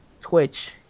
Twitch